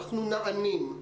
אנחנו נענים.